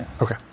Okay